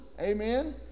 amen